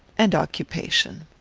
and occupation.